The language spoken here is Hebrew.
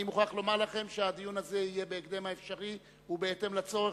אני מוכרח לומר לכם שהדיון הזה יהיה בהקדם האפשרי ובהתאם לצורך,